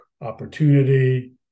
opportunity